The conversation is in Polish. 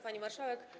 Pani Marszałek!